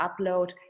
upload